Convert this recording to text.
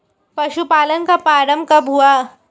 पशुपालन का प्रारंभ कब हुआ?